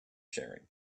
sharing